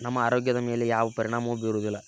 ನಮ್ಮ ಆರೋಗ್ಯದ ಮೇಲೆ ಯಾವ ಪರಿಣಾಮವು ಬೀರೋದಿಲ್ಲ